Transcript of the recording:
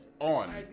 on